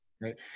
Right